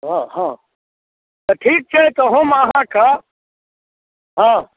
हँ हँ तऽ ठीक छै तऽ हम अहाँके हँ